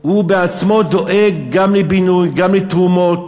הוא בעצמו דואג: גם לבינוי, גם לתרומות.